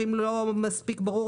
ואם זה לא מספיק ברור,